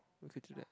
we could do that